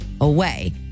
away